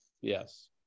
Yes